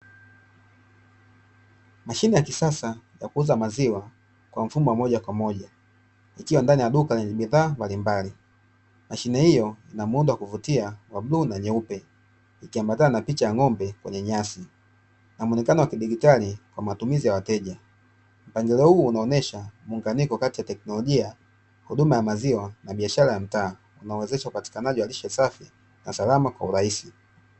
Mashine ya kisasa ya kuuza maziwa kwa mfumo wa moja kwa moja, ikiwa ndani ya duka lenye bidhaa mbalimbali. Mashine hiyo ina muundo wa kuvutia wa bluu na nyeupe, ikiambatana na picha ya ng'ombe kwenye nyasi na muonekano wa kidigitali wa matumizi ya wateja. Mpangilio huu unaonyesha muunganiko wa teknolijia, huduma ya maziwa na biashara ya mtaa unaowezesha upatikanaji wa lishe safi na salama kwa urahisi.